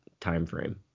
timeframe